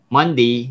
Monday